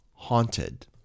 Haunted